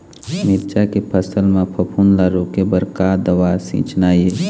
मिरचा के फसल म फफूंद ला रोके बर का दवा सींचना ये?